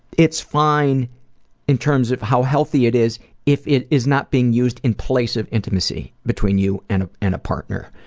it's fine it terms of how healthy it is if it is not being used in place of intimacy between you and and a partner.